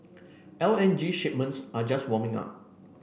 L N G shipments are just warming up